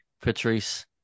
Patrice